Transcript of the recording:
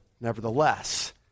nevertheless